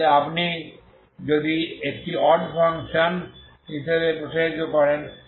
যাতে আপনি যদি একটি অড ফাংশন হিসাবে প্রসারিত করেন